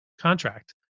contract